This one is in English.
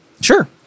Sure